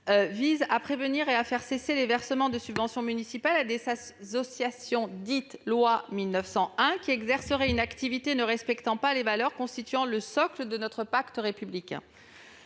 vise à faire cesser le versement de subventions municipales à des associations dites « loi 1901 » qui exerceraient une activité ne respectant pas les valeurs constituant le socle de notre pacte républicain.